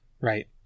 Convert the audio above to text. right